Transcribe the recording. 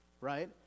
right